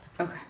Okay